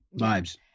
Vibes